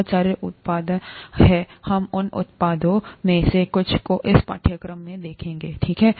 बहुत सारे उत्पाद हैं हम उन उत्पादों में से कुछ को इस पाठ्यक्रम में देखेंगे ठीक है